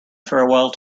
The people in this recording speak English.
farewell